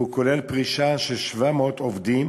והוא כולל פרישה של 700 עובדים